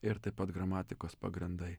ir taip pat gramatikos pagrindai